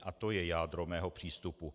A to je jádro mého přístupu.